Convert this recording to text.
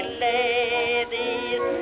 ladies